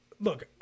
Look